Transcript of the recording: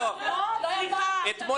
היא לא אמרה את זה.